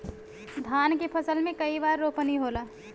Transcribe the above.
धान के फसल मे कई बार रोपनी होला?